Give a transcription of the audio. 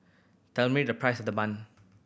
tell me the price of the bun